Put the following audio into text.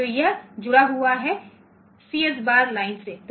तो यह जुड़ा हुआ है सीएस बार लाइन से